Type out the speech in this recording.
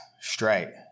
straight